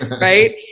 right